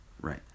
Right